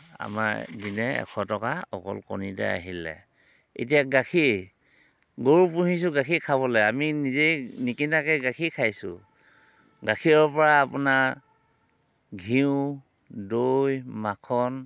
আমাৰ দিনে এশ টকা অকল কণীতে আহিলে এতিয়া গাখীৰ গৰু পুহিছোঁ গাখীৰ খাবলৈ আমি নিজে নিকিনাকৈ গাখীৰ খাইছোঁ গাখীৰৰ পৰা আপোনাৰ ঘিউ দৈ মাখন